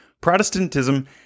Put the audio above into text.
Protestantism